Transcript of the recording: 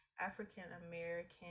African-American